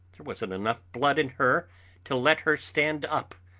there wasn't enough blood in her to let her stand up,